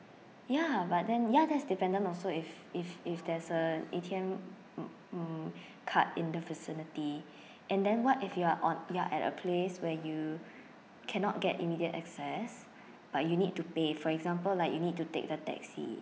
ya but then ya that's dependent also if if if there's a A_T_M mm card in the facility and then what if you are on you are at a place where you cannot get immediate access but you need to pay for example like you need to take the taxi